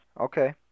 Okay